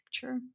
picture